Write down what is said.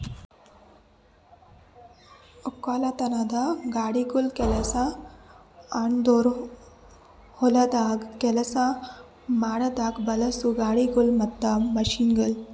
ಒಕ್ಕಲತನದ ಗಾಡಿಗೊಳ್ ಅಂದುರ್ ಹೊಲ್ದಾಗ್ ಕೆಲಸ ಮಾಡಾಗ್ ಬಳಸೋ ಗಾಡಿಗೊಳ್ ಮತ್ತ ಮಷೀನ್ಗೊಳ್